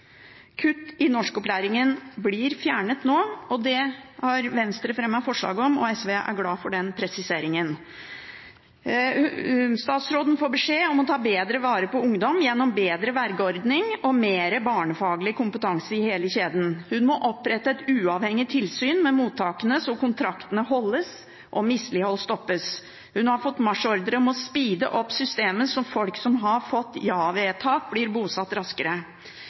Kutt i norskopplæringen blir fjernet nå, det har Venstre fremmet forslag om, og SV er glad for den presiseringen. Statsråden får beskjed om å ta bedre vare på ungdom, gjennom bedre vergeordning og mer barnefaglig kompetanse i hele kjeden. Hun må opprette et uavhengig tilsyn med mottakene, så kontraktene holdes og mislighold stoppes. Hun har fått marsjordre om å speede opp systemet, så folk som har fått ja-vedtak, blir bosatt raskere.